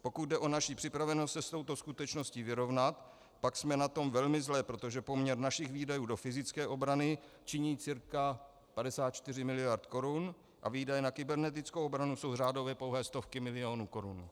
Pokud jde o naši připravenost se s touto skutečností vyrovnat, pak jsme na tom velmi zle, protože poměr našich výdajů do fyzické obrany činí cca 54 miliard korun a výdaje na kybernetickou obranu jsou řádově pouhé stovky milionů korun.